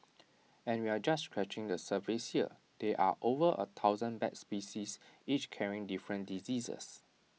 and we're just scratching the surface here there are over A thousand bat species each carrying different diseases